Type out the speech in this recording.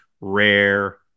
rare